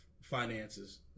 finances